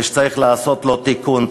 ושצריך לעשות לו תיקון,